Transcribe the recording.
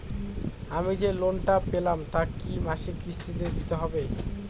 আমি যে লোন টা পেলাম তা কি মাসিক কিস্তি তে দিতে হবে?